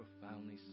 profoundly